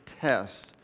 tests